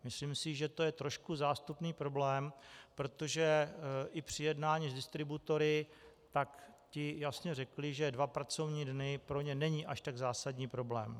Myslím si, že to je trošku zástupný problém, protože i při jednání s distributory ti jasně řekli, že dva pracovní dny pro ně není až tak zásadní problém.